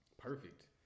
Perfect